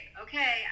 okay